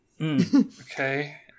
Okay